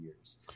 years